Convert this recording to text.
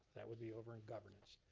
that would be over in governance.